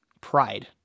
pride